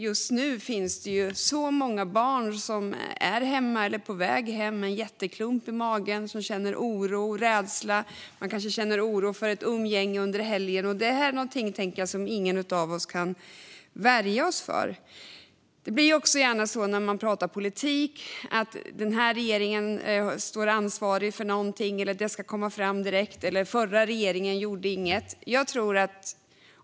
Just nu finns det mängder av barn som är hemma eller på väg hem med en jätteklump i magen. De känner oro och rädsla. De kanske känner oro för ett umgänge under helgen. Detta är någonting som ingen av oss kan värja oss för. När man pratar politik blir det gärna så att man pratar om att den här regeringen är ansvarig för någonting, att någonting ska komma fram direkt eller att den förra regeringen inte gjorde något.